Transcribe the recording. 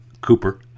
Cooper